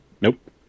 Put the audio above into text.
Nope